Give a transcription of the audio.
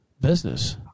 business